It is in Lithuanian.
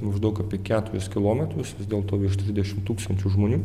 maždaug apie keturis kilometrus vis dėlto virš trisdešimt tūkstančių žmonių